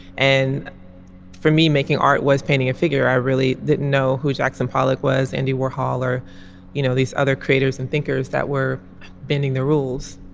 and for me making art was painting a figure i really didn't know who jackson pollock was andy warhol or you know these other creators and thinkers that were bending the rules.